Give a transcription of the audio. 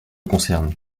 concerne